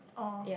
oh